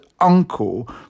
uncle